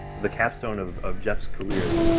the capstone of of jeff's career.